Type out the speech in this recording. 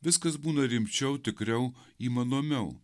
viskas būna rimčiau tikriau įmanomiau